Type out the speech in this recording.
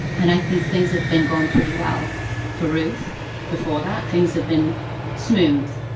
and i think things have been going pretty well for ruth before that things have been smooth,